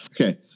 Okay